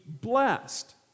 blessed